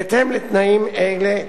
בהתאם לתנאים אלה,